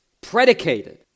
predicated